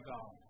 God